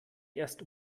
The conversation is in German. erst